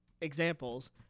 examples